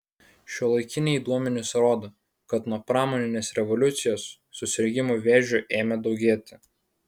šiuolaikiniai duomenys rodo kad nuo pramoninės revoliucijos susirgimų vėžiu ėmė daugėti